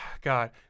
god